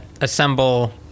assemble